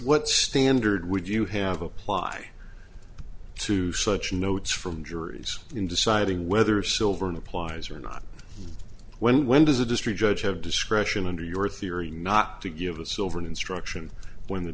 what's standard would you have apply to such notes from juries in deciding whether silver and applies or not when when does a district judge have discretion under your theory not to give the silver an instruction when the